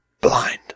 blind